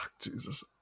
jesus